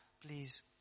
please